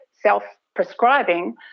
self-prescribing